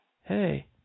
Hey